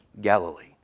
Galilee